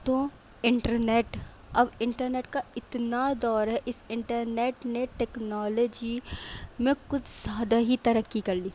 تو انٹرنیٹ اب انٹرنیٹ کا اتنا دور ہے اس انٹرنیٹ نے ٹیکنالوجی میں کچھ زیادہ ہی ترقی کر لی